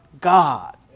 God